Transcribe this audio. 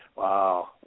Wow